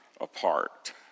apart